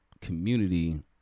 community